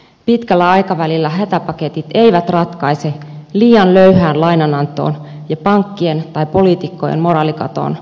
pitkällä aikavälillä hätäpaketit eivät ratkaise liian löyhään lainanantoon ja pankkien tai poliitikkojen moraalikatoon liittyviä ongelmia